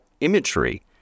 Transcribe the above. imagery